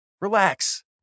Relax